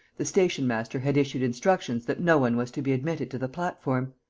the stationmaster had issued instructions that no one was to be admitted to the platform.